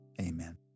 amen